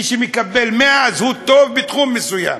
מי שמקבל 100 אז הוא טוב בתחום מסוים,